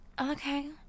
okay